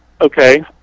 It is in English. Okay